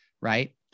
right